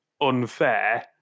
unfair